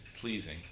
pleasing